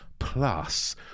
Plus